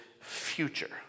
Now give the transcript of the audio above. future